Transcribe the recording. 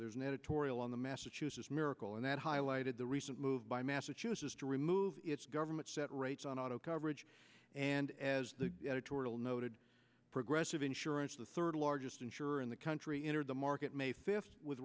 there's an editorial on the massachusetts miracle and that highlighted the recent move by massachusetts to remove its government set rates on auto coverage and as the editorial noted progressive insurance the third largest insurer in the country in the market may fifth with